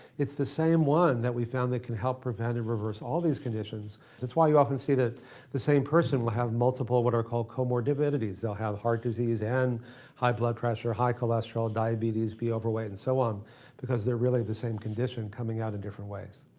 it's the same one that we found that can help prevent and reverse all these conditions. that's why you often see that the same person will have multiple what are called chromo divinities. they'll have heart disease and high blood pressure, high cholesterol, diabetes, be overweight and so on because they're really the same condition coming out in different ways.